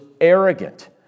arrogant